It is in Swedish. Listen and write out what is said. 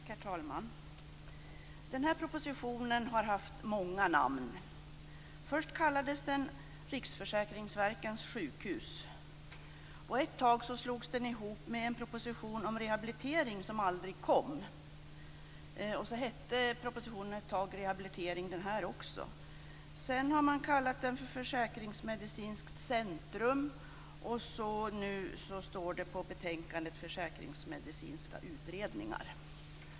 Herr talman! Den här propositionen har haft många namn. Först kallades den Riksförsäkringsverkets sjukhus, ett tag slogs den ihop med en proposition om rehabilitering som aldrig kom. Också den här propositionen hette en tid Rehabilitering. Sedan har man kallat den Försäkringsmedicinskt centrum och nu står det på betänkandet Försäkringsmedicinska utredningar.